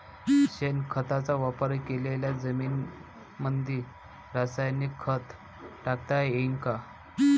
शेणखताचा वापर केलेल्या जमीनीमंदी रासायनिक खत टाकता येईन का?